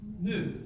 New